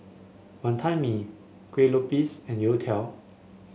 Wonton Mee Kueh Lopes and youtiao